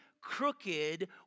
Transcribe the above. crooked